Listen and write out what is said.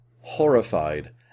horrified